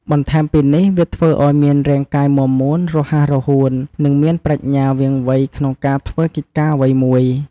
បន្ថែមពីនេះ វាធ្វើឲ្យមានរាងកាយមាំមួន រហ័សរហួន និងមានប្រាជ្ញាវាងវៃក្នុងការធ្វើកិច្ចការអ្វីមួយ។